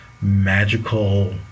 magical